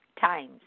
Times